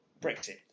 Brexit